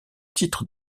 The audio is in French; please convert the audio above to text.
titre